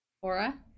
aura